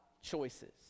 choices